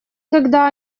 когда